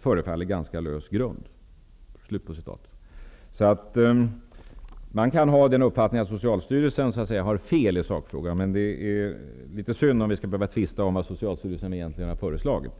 förefaller ganska lös grund.'' Man kan ha uppfattningen att Socialstyrelsen har fel i sakfrågan. Men det är litet synd om vi skall behöva tvista om vad Socialstyrelsen egentligen har föreslagit.